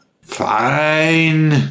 Fine